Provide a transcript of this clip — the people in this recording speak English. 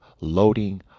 loading